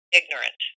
ignorant